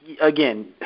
Again